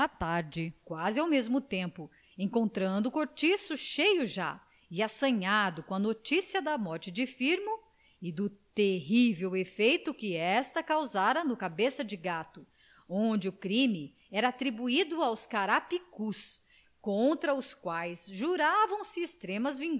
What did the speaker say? tarde quase ao mesmo tempo encontrando o cortiço cheio já e assanhado com a noticia da morte do firmo e do terrível efeito que esta causara no cabeça de gato onde o crime era atribuído aos carapicus contra os quais juravam se extremas